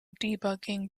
debugging